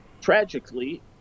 tragically